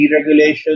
deregulation